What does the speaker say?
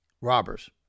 Robbers